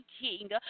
King